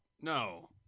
No